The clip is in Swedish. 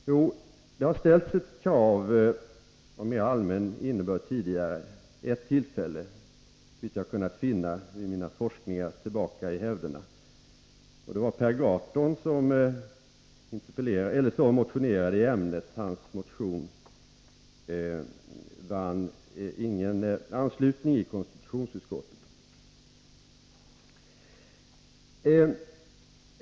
Ett krav av mera allmän innebörd har visserligen ställts vid ert tidigare tillfälle såvitt jag har kunnat finna i mina efterforskningar i hävderna, nämligen av Per Gahrton, som motionerade i ämnet, men dennes motion vann ingen anslutning i konstitutionsutskottet.